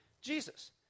Jesus